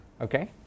okay